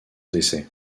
décès